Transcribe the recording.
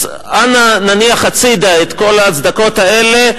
אז אנא, נניח הצדה את כל ההצדקות האלה.